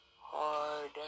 hard